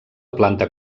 planta